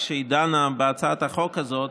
כשהיא דנה בהצעת החוק הזאת,